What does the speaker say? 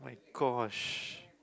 gosh